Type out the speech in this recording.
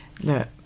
look